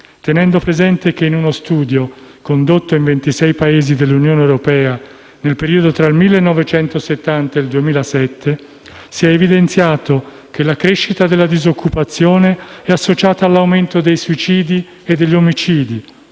tenere presente che in uno studio condotto in 26 Paesi dell'Unione europea, nel periodo tra il 1970 e il 2007, si è evidenziato che la crescita della disoccupazione è associata all'aumento dei suicidi e degli omicidi;